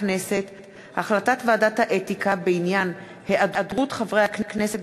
החלטת ועדת האתיקה בעניין היעדרות חברי הכנסת